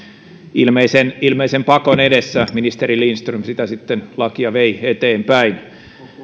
ilmeisen ilmeisen pakon edessä ministeri lindström sitä lakia vei eteenpäin